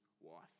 wife